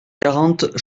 quarante